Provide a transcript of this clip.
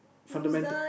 fundamental